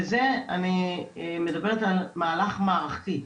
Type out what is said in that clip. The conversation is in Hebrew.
וזה אני מדברת על מהלך מערכתי.